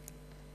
הסביבה.